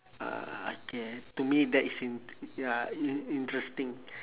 ah okay to me that is int~ ya in~ interesting